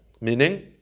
Meaning